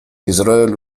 израиль